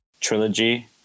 trilogy